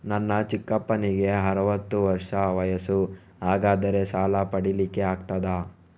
ನನ್ನ ಚಿಕ್ಕಪ್ಪನಿಗೆ ಅರವತ್ತು ವರ್ಷ ವಯಸ್ಸು, ಹಾಗಾದರೆ ಸಾಲ ಪಡೆಲಿಕ್ಕೆ ಆಗ್ತದ?